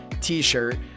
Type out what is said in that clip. t-shirt